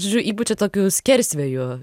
žodžiu įpučiat tokių skersvėjų